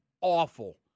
Awful